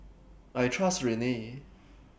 I Trust Rene